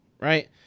Right